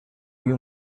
you